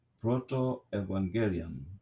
Proto-Evangelium